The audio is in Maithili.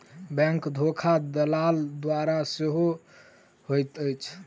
बैंक धोखा दलाल द्वारा सेहो होइत अछि